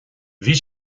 bhí